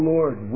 Lord